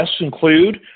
include